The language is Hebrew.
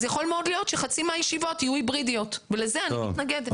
אז יכול מאוד להיות שחצי מהישיבות יהיו היברידיות ולזה אני מתנגדת.